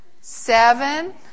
seven